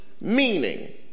meaning